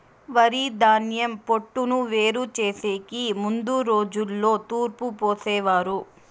వరిధాన్యం పొట్టును వేరు చేసెకి ముందు రోజుల్లో తూర్పు పోసేవారు